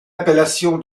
appellation